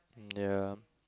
ya